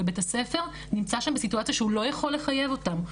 ובית הספר נמצא שם בסיטואציה שהוא לא יכול לחייב אותם.